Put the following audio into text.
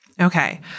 Okay